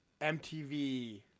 MTV